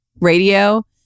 radio